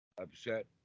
upset